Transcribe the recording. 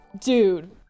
dude